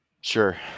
Sure